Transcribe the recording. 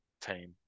team